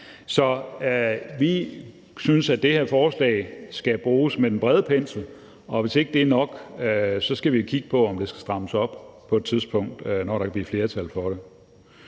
Så vi synes, at man i det her forslag skal male med den brede pensel, og hvis ikke det er nok, så skal vi kigge på, om det skal strammes op på et tidspunkt, hvor der kan blive flertal for det.